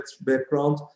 background